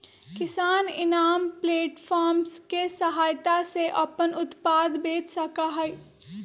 किसान e NAM platform के सहायता से अपन उत्पाद बेच सका हई